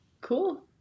Cool